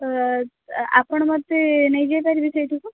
ତ ଆପଣ ମୋତେ ନେଇ ଯାଇପାରିବେ ସେଇଠିକୁ